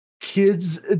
kid's